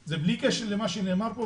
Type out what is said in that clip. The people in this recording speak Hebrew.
זה בלי קשר למה שנאמר פה,